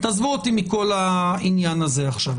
עזבו אותי מכל העניין הזה עכשיו.